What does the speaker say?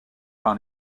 par